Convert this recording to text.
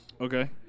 Okay